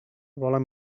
volen